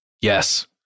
Yes